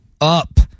up